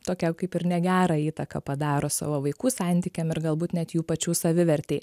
tokią kaip ir negerą įtaką padaro savo vaikų santykiam ir galbūt net jų pačių savivertei